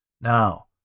Now